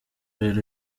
rero